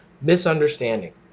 misunderstanding